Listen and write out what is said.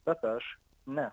bet aš ne